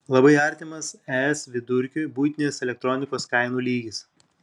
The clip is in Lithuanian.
labai artimas es vidurkiui buitinės elektronikos kainų lygis